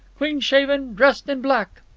clean-shaven, dressed in black.